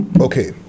okay